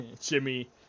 Jimmy